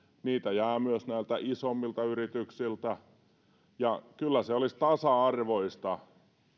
niitä jää myös näiltä isommilta yrityksiltä kyllä se olisi tasa arvoista